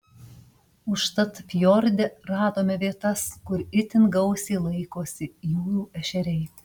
užtat fjorde radome vietas kur itin gausiai laikosi jūrų ešeriai